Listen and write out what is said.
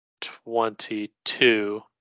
Twenty-two